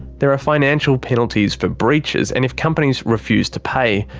there are financial penalties for breaches, and if companies refuse to pay,